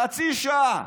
חצי שעה,